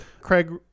Craig